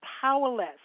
powerless